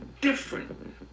Different